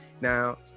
now